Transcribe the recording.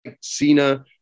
Cena